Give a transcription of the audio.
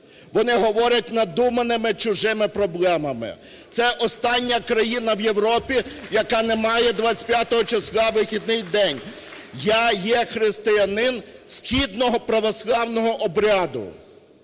вони говорять надуманими чужими проблемами. Це остання країна в Європі, яка не має 25 числа вихідний день. Я є християнин східного православного обряду.